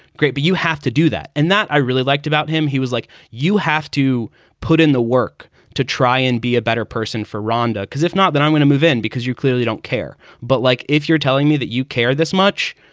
great. but you have to do that. and that i really liked about him. he was like, you have to put in the work to try and be a better person for rhonda, because if not, then i'm going to move in because you clearly don't care. but like, if you're telling me that you care this much,